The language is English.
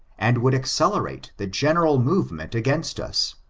and would accelerate the general movement against us.